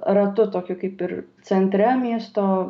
ratu tokiu kaip ir centre miesto